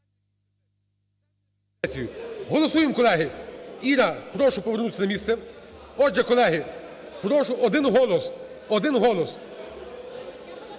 поставлю. Колеги, Іра, прошу повернутися на місце. Отже, колеги, прошу, один голос, один голос!